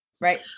right